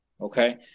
okay